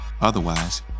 Otherwise